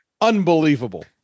Unbelievable